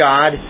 God